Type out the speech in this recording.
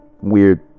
weird